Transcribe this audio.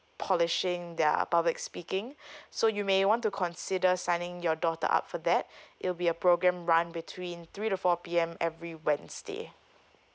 polishing their public speaking so you may want to consider signing your daughter up for that it will be a program run between three to four P_M every wednesday